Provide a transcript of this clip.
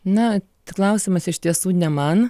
na tai klausimas iš tiesų ne man